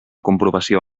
comprovació